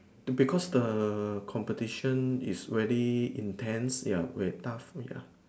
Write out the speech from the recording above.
no because the competition is very intense ya wait tougher ya